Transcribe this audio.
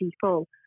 people